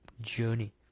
journey